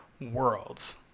worlds